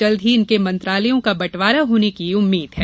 जल्द ही इनके मंत्रालयों का बटवारा होने की उम्मींद है